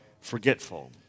forgetful